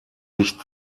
sich